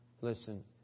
listen